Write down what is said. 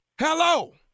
Hello